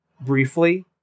briefly